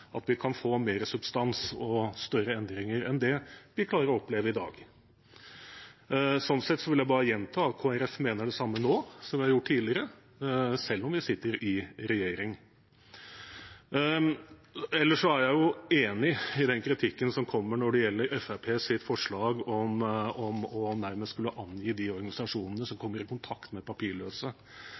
kan få mer substans og større endringer enn det vi klarer å oppnå i dag. Sånn sett vil jeg bare gjenta at Kristelig Folkeparti mener det samme nå som vi har gjort tidligere, selv om vi sitter i regjering. Ellers er jeg enig i den kritikken som kommer når det gjelder Fremskrittspartiets forslag om nærmest å skulle angi de organisasjonene som kommer i kontakt med papirløse.